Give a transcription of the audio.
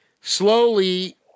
slowly